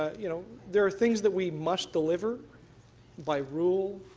you know, there are things that we must deliver by rule,